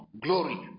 glory